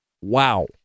Wow